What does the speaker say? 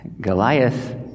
Goliath